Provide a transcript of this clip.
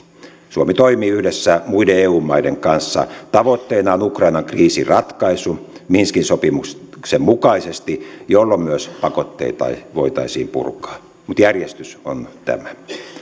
suomi toimii yhdessä muiden eu maiden kanssa tavoitteenaan ukrainan kriisin ratkaisu minskin sopimuksen mukaisesti jolloin myös pakotteita voitaisiin purkaa mutta järjestys on tämä